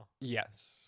yes